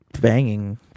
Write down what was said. banging